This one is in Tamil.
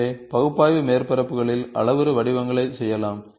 எனவே பகுப்பாய்வு மேற்பரப்புகளில் அளவுரு வடிவங்களைச் செய்யலாம்